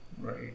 right